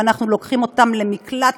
ואנחנו לוקחים אותם למקלט,